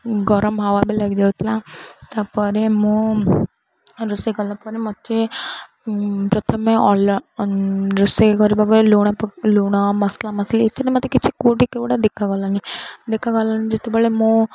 ଗରମ ହାୱା ବି ଲାଗିଯାଉ ଥିଲା ତାପରେ ମୁଁ ରୋଷେଇ କଲା ପରେ ମୋତେ ପ୍ରଥମେ ରୋଷେଇ କରିବା ପରେ ଲୁଣ ଲୁଣ ମସଲା ମସଲି ଇତ୍ୟାଦି ମୋତେ କିଛି କେଉଁଠି କେଉଁଟା ଦେଖା ଗଲାନି ଦେଖା ଗଲାନି ଯେତେବେଳେ ମୁଁ